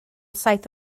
saith